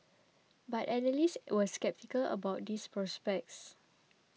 but analysts were sceptical about this prospects